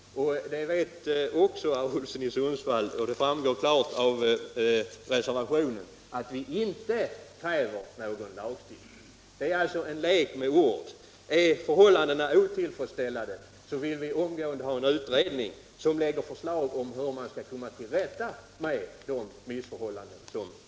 Herr Olsson i Sundsvall vet, och det framgår klart av reservationen, att vi inte kräver någon lagstiftning. Det han säger är alltså en lek med ord. Är förhållandena otillfredsställande vill vi omgående ha en utredning som kan lägga fram förslag om hur vi skall komma till rätta med de missförhållanden som råder.